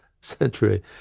century